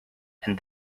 and